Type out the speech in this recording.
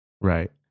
Right